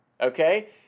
Okay